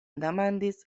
demandis